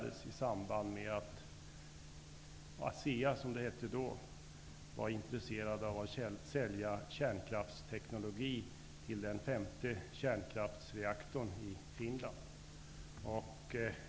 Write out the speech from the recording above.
Det skedde i samband med att Asea, som företaget då hette, var intresserat av att sälja kärnkraftsteknologi till den femte kärnkraftsreaktorn i Finland.